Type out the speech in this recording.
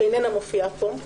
מכיוון שהיא איננה מופיעה פה.